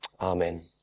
amen